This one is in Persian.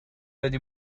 بدی